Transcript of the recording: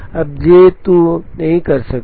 अब J 2 नहीं कर सकता